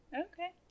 okay